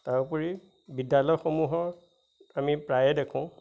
তাৰোপৰি বিদ্যালয়সমূহত আমি প্ৰায়ে দেখোঁ